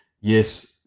yes